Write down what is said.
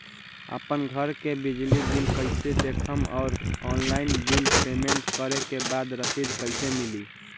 आपन घर के बिजली बिल कईसे देखम् और ऑनलाइन बिल पेमेंट करे के बाद रसीद कईसे मिली?